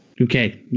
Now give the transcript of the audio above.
Okay